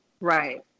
right